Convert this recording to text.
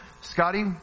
Scotty